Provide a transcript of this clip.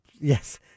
Yes